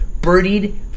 Birdied